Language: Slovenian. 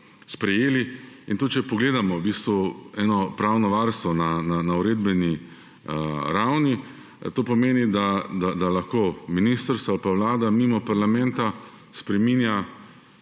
sprejeli. Tudi če pogledamo v bistvu eno pravno varstvo na uredbeni ravni, to pomeni, da lahko ministrstvo ali pa Vlada mimo parlamenta spreminja